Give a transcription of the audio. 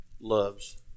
loves